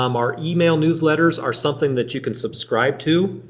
um our email newsletters are something that you can subscribe to.